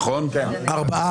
ארבעה